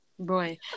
Boy